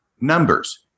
numbers